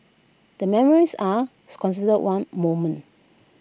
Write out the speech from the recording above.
the memories are considered one moment